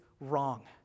wrong